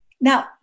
Now